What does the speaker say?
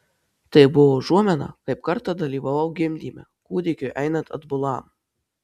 tai buvo užuomina kaip kartą dalyvavau gimdyme kūdikiui einant atbulam